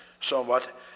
somewhat